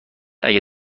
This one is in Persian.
اگه